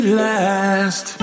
last